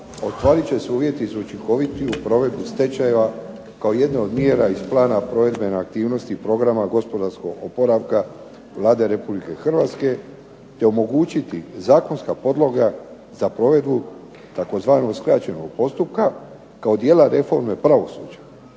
ostvarit će se uvjeti za učinkovitiju provedbu stečajeva kao jedne od mjera iz Plana provedbenih aktivnosti Programa gospodarskog oporavka Vlade Republike Hrvatske te omogućiti zakonska podloga za provedbu tzv. skraćenog postupka kao dijela reforme pravosuđa,